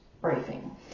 briefing